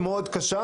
בעיה מאוד מאוד קשה.